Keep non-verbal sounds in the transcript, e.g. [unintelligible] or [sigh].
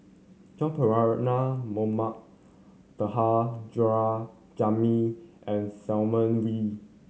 Joan [unintelligible] Mohamed Taha [unintelligible] Jamil and Simon Wee